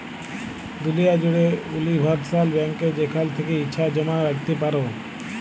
দুলিয়া জ্যুড়ে উলিভারসাল ব্যাংকে যেখাল থ্যাকে ইছা জমা রাইখতে পারো